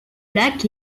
lac